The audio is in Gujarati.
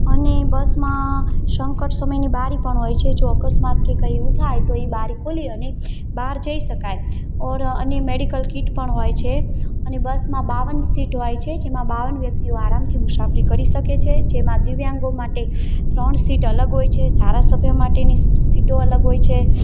અને બસમાં સંકટ સમયની બારી પણ હોય છે જો અકસ્માત કે કંઇ એવું થાય તો એ બારી ખોલી અને બહાર જઈ શકાય ઓર અને મૅડિકલ કિટ પણ હોય છે અને બસમાં બાવન સીટ હોય છે જેમાં બાવન વ્યક્તિઓ આરામથી મુસાફરી કરી શકે છે જેમાં દિવ્યાંગો માટે ત્રણ સીટ અલગ હોય છે ધારાસભ્ય માટેની સીટો અલગ હોય છે